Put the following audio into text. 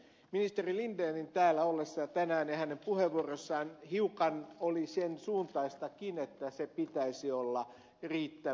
ministeri lindenin täällä ollessa tänään hänen puheenvuorossaan hiukan oli sen suuntaistakin että sen pitäisi olla riittävä